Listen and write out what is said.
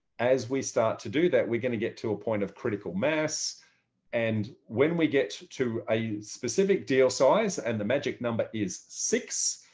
as we start to do that, we're going to get to a point of critical mass and when we get to a specific deal size and the magic number is six.